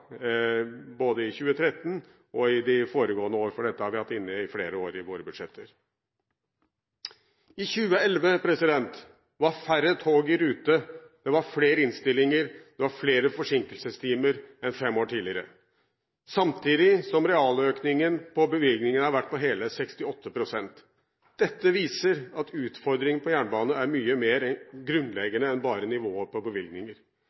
både i 2013 og i de foregående år – for dette har vi hatt i våre budsjetter i flere år. I 2011 var færre tog i rute – det var flere innstillinger og flere forsinkelsestimer enn fem år tidligere – samtidig som realøkningen i bevilgningene har vært på hele 68 pst. Dette viser at utfordringene for jernbanen er mye mer grunnleggende enn bare nivået på bevilgninger.